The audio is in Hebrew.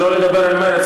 שלא לדבר על מרצ.